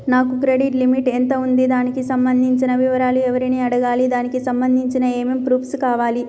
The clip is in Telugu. నా క్రెడిట్ లిమిట్ ఎంత ఉంది? దానికి సంబంధించిన వివరాలు ఎవరిని అడగాలి? దానికి సంబంధించిన ఏమేం ప్రూఫ్స్ కావాలి?